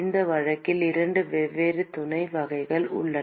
இந்த வழக்கில் இரண்டு வெவ்வேறு துணை வகைகள் உள்ளன